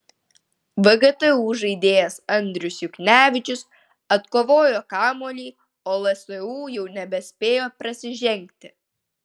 vgtu žaidėjas andrius juknevičius atkovojo kamuolį o lsu jau nebespėjo prasižengti